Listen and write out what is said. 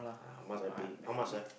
uh how much I pay how much ah